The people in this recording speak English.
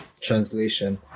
translation